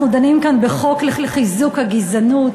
אנחנו דנים כאן בחוק לחיזוק הגזענות,